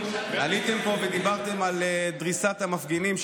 עליתם לפה ודיברתם על דריסת המפגינים,